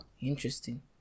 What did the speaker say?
interesting